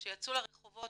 שיצאו לרחובות